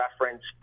reference